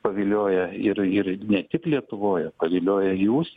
pavilioja ir ir ne tik lietuvoje paviliojo į užsienį